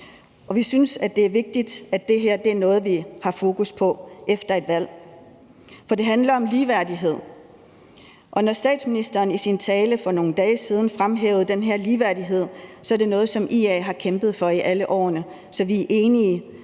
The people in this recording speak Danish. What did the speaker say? vi synes, det er vigtigt, at det her er noget, vi har fokus på efter et valg. For det handler om ligeværdighed. Og når statsministeren i sin tale for nogle dage siden fremhævede den her ligeværdighed, er det noget, som IA har kæmpet for i alle årene. Så vi er enige: